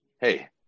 Hey